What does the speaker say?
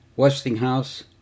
Westinghouse